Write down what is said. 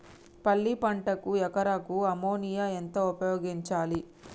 పల్లి పంటకు ఎకరాకు అమోనియా ఎంత ఉపయోగించాలి?